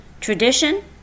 Tradition